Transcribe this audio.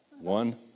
one